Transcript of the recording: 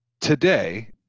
today